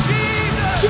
Jesus